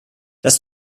das